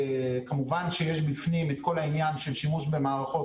כמובן שיש בפנים את כל העניין של שימוש במערכות